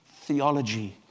theology